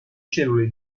cellule